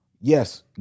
yes